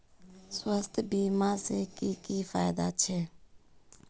स्वास्थ्य बीमा से की की फायदा छे?